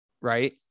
Right